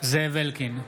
זאב אלקין,